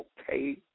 Okay